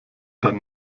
dann